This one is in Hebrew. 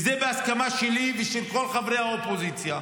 וזה בהסכמה שלי ושל כל חברי האופוזיציה,